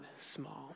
small